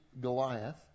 Goliath